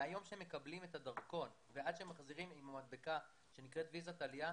מהיום שהם מקבלים את הדרכון ועד שמחזירים עם המדבקה שנקרא אשרת עלייה,